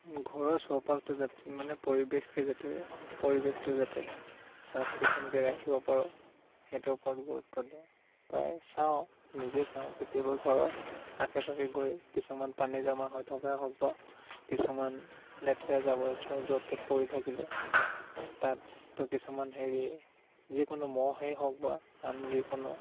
ঘৰৰ চৌপাশটো যা মানে পৰিৱেশ যাতে পৰিৱেশটো যাতে চাফ চিকুণকৈ ৰাখিব পাৰো সেইটো ওপৰত গুৰুত্ব দিওঁ প্ৰায় চাওঁ নিজে চাওঁ কেতিয়াবা ঘৰৰ আশে পাশে কৰি কিছুমান পানী জমা হৈ থকাই হওক বা কিছুমান লেতেৰা জাবৰ জোথৰ য'ত ত'ত পৰি থাকিলে তাত ত' কিছুমান হেৰি যিকোনো মহেই হওক বা আন যিকোনো